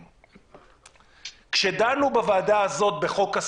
הצבעה שהייתה מפילה אותו כבר בוועדה.